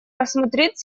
рассмотреть